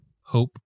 hope